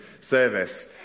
service